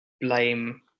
blame